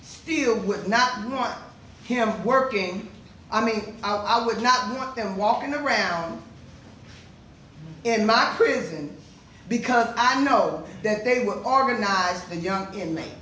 still would not mind him working i mean i would not want them walking around in my prison because i know that they were organized and young in m